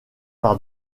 par